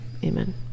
Amen